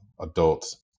adults